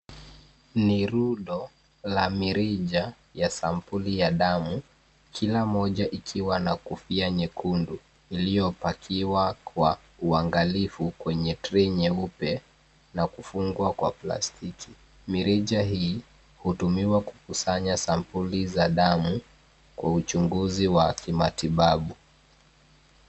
Ni rundo la mirija ya sampuli ya damu kila moja ikiwa na kofia nyekundu iliyopakiwa kwa uangalifu kwenye tray nyeupe na kufungwa kwa plastiki. Mirija hii hutumiwa kukusanya sampuli za damu kwa uchunguzi wa kimatibabu.